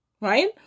right